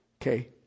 Okay